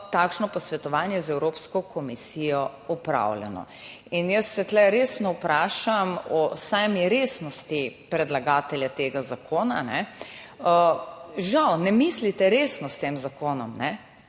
takšno posvetovanje z Evropsko komisijo opravljeno. Jaz se tu resno vprašam o sami resnosti predlagatelja tega zakona, žal ne mislite resno s tem zakonom.